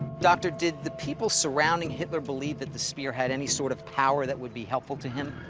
doctor, did the people surrounding hitler believe that the spear had any sort of power that would be helpful to him?